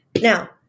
Now